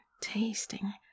tasting